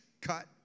Cut